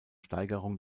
steigerung